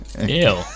Ew